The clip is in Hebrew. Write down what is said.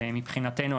מבחינתנו,